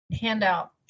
handout